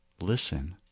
Listen